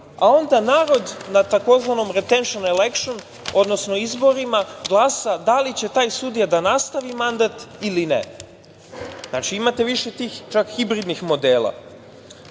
a onda narod na tzv. „retenš elekš“, odnosno izborima glasa da li će taj sudija da nastavi mandat ili ne. Znači, imate više tih hibridnih modela.U